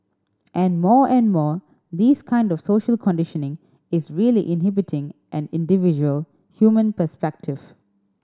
and more and more this kind of social conditioning is really inhibiting an individual human perspective